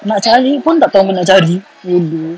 nak cari pun tak tahu mana nak cari bodoh